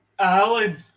Alan